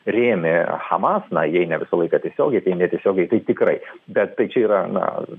rėmė hamas na jei ne visą laiką tiesiogiai tai netiesiogiai tikrai bet tai čia yra na